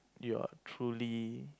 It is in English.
you're truly